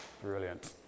Brilliant